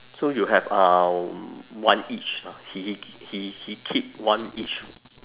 so you have um one each lah he he he he keep one each